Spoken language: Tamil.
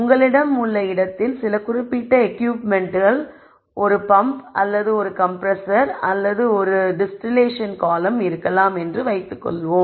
உங்களிடம் உள்ள இடத்தில் சில குறிப்பிட்ட எக்யூப்மென்ட்கள் ஒரு பம்ப் அல்லது ஒரு கம்ப்ரெஸ்ஸர் அல்லது டிஸ்டிலேஷன் காலம்ன் இருக்கலாம் என்று வைத்து கொள்வோம்